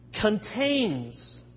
contains